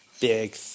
big